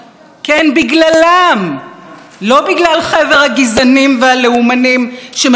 לא בגלל חבר הגזענים והלאומנים שמחוקקים חוקים מרושעים ומושחתים,